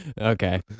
Okay